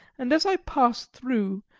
and as i passed through,